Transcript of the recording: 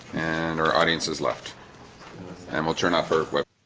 and our audience is left animal turn off for